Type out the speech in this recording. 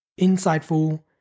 insightful